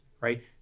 right